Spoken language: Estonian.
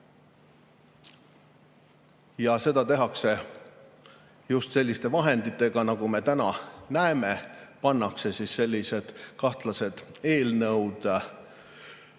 Ja seda tehakse just selliste vahenditega, nagu me täna näeme: seotakse sellised kahtlased eelnõud